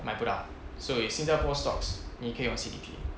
买不到所以新加坡 stocks 你可以用 C_D_P